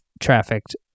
trafficked